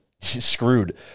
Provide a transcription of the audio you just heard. screwed